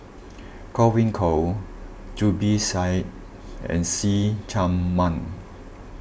Godwin Koay Zubir Said and See Chak Mun